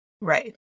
Right